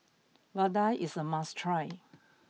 vadai is a must try